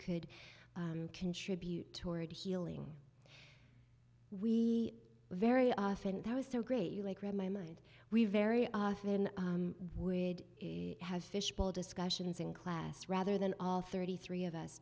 could contribute toward healing we very often that was so great you like read my mind we very often would have fishbowl discussions in class rather than all thirty three of us